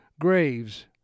graves